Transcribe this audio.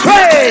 Hey